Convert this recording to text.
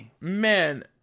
man